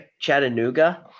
Chattanooga